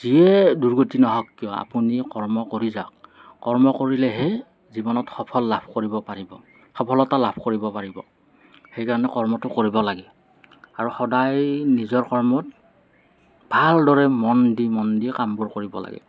যেয়ে দুৰ্গতি নহওঁক কিয় আপুনি কৰ্ম কৰি যাওঁক কৰ্ম কৰিলেহে জীৱনত সফল লাভ কৰিব পাৰিব সফলতা লাভ কৰিব পাৰিব সেইকাৰণে কৰ্মটো কৰিব লাগে আৰু সদায় নিজৰ কৰ্মত ভালদৰে মন দি মন দি কামবোৰ কৰিব লাগে